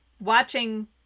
watching